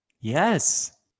Yes